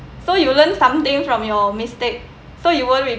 so you learn something from your mistake so you won't be